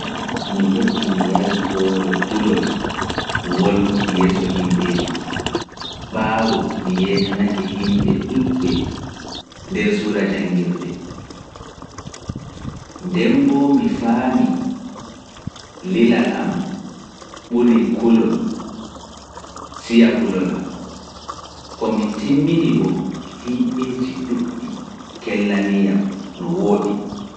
Mi heɓii mi yarii hoore kulol wolwuki yeeso himɓeeji, ɓaawo mi yeetanake himɓe ɗuuɗɓe nder suura janngirde. Demboo mi faamii lilal am ɓurii kulol kulol am, ko mi timmini bo himɓeeji ɗuuɗɗi kellanii yam no wooɗi.